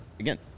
Again